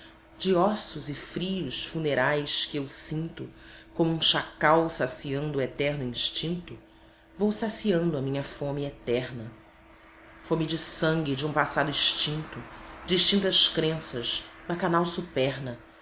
de ossos e frios funerais que eu sinto como um chacal saciando o eterno instinto vou saciando a minha fome eterna fomoe de sangue de um passado extinto de extintas crenças bacanal superna